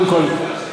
קודם כול,